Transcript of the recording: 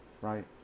right